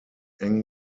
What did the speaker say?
plan